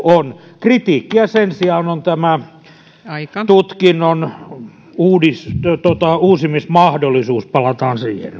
on kritiikkiä sen sijaan on tähän tutkinnon uusimismahdollisuuteen palataan siihen